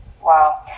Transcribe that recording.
Wow